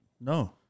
No